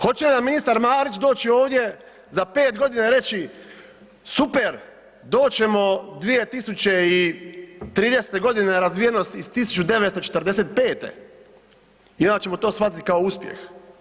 Hoće li nam ministar Marić doći ovdje za 5 g. i reći super, doći ćemo 2030. na razvijenost iz 1945. i onda ćemo to shvatiti kao uspjeh?